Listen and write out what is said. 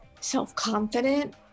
self-confident